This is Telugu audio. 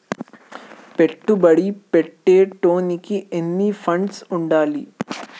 పెట్టుబడి పెట్టేటోనికి ఎన్ని ఫండ్స్ ఉండాలే?